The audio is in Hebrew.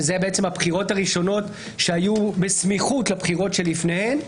אלה הבחירות הראשונות שהיו בסמיכות לבחירות שלפניהן,